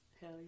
Hell